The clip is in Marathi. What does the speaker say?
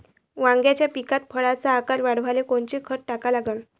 वांग्याच्या पिकात फळाचा आकार वाढवाले कोनचं खत टाका लागन?